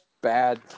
bad